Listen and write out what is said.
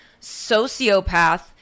sociopath